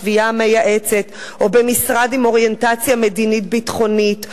בשביעייה המייעצת או במשרד עם אוריינטציה מדינית ביטחונית.